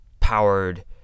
powered